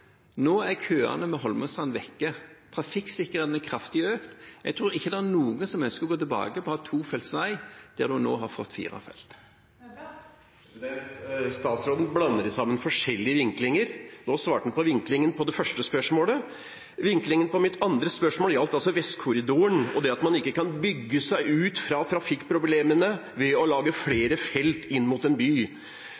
Nå er køene ved Holmestrand borte. Trafikksikkerheten er kraftig økt. Jeg tror ikke det er noen som ønsker å ha tilbake tofelts vei der vi nå har fått fire felt. Arne Nævra – til oppfølgingsspørsmål. Statsråden blander sammen forskjellige vinklinger. Nå svarte han på vinklingen på det første spørsmålet. Vinklingen på mitt andre spørsmål gjaldt Vestkorridoren og det at man ikke kan bygge seg ut av trafikkproblemene ved å lage